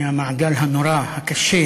מהמעגל הנורא, הקשה,